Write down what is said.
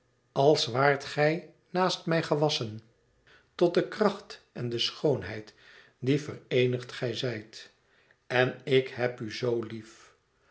als waart gij naast mij gewassen tot de kracht en de schoonheid die vereenigd gij zijt en ik heb u zo lief